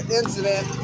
incident